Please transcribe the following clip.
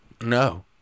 No